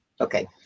Okay